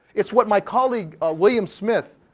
it's what my colleague, ah william smith,